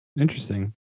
interesting